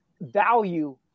value